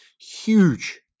Huge